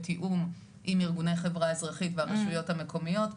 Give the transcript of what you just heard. בתאום עם ארגוני חברה אזרחית והרשויות המקומיות,